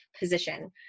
position